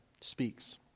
speaks